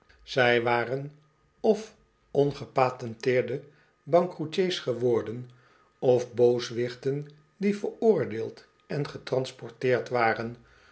zy waren of ongepatenteerde bankroetiers geworden of booswichten die veroordeeld en getransporteerd waren